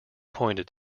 pointed